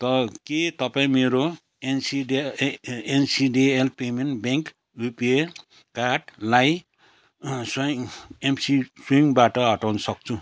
त के तपाईँ मेरो एनसिडे एनएसडिएल पेमेन्ट्स ब्याङ्क रुपे कार्डलाई सुइङ एम सि सुइङबाट हटाउन सक्छु